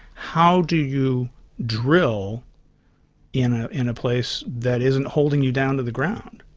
how do you drill in ah in a place that isn't holding you down to the ground?